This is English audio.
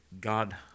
God